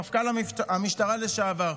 מפכ"ל המשטרה לשעבר,